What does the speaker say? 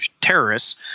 terrorists –